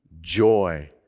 joy